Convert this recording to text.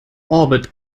orbit